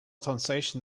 translation